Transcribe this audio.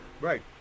right